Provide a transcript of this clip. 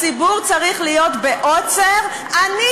הציבור צריך להיות בעוצר, את לא נוסעת ברכב?